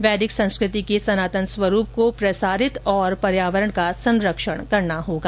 वैदिक संस्कृति के सनातन स्वरूप को प्रसारित और पर्यावरण का संरक्षण करना होगा